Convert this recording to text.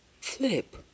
flip